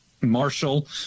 marshall